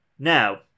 Now